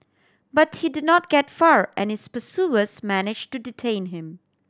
but he did not get far and his pursuers manage to detain him